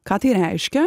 ką tai reiškia